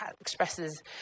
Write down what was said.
expresses